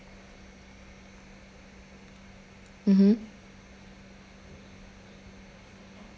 mmhmm